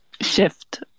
shift